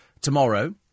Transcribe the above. tomorrow